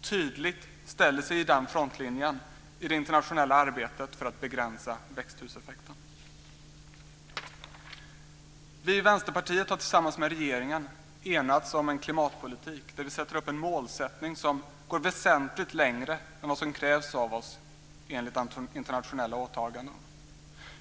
tydligt ställer sig i den frontlinjen i det internationella arbetet för att begränsa växthuseffekten. Vi i Vänsterpartiet har tillsammans med regeringen enats om en klimatpolitik där vi sätter upp en målsättning som går väsentligt längre än vad som krävs av oss enligt internationella åtaganden.